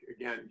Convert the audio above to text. again